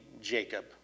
Jacob